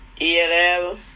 ELL